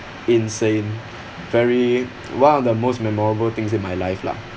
insane very one of the most memorable things in my life lah